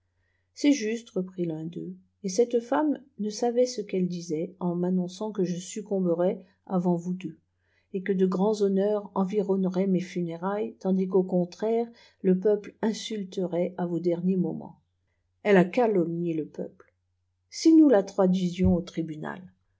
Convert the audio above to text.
est juste reprit l'un d eux et cette femme ne savait ce qu'elle disait en m annonçant que je succomberais avant vous deux et que de grands honneurs environneraient mes funérailles tandis qu'au contraire le peuple inàulterait à vos derniers moments elle a calomnié le peuple i si nous la traduisions au tribunal